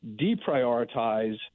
deprioritize